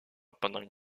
pendant